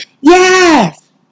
yes